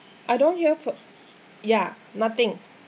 I don't hear fer~ ya nothing